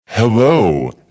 Hello